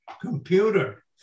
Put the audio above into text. computer